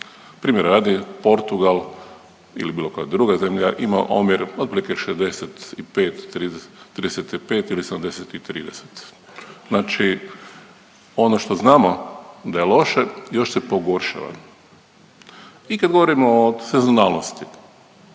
Primjera radi Portugal ili bilo koja druga zemlja ima omjer otprilike 65/35 ili 70/30, znači ono što znamo da je loše još se pogoršava. I kad govorimo o sezonalnosti,